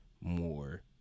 more